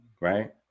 right